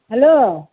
hello